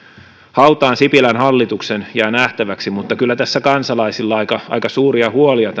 hautaan sipilän hallituksen jää nähtäväksi mutta kyllä tässä kansalaisilla aika aika suuria huolia